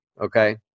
Okay